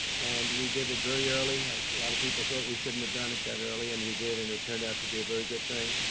and we did it very early. a lot of people thought we shouldn't have done it that early, and we did, and it turned out to be a very good thing.